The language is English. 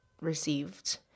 received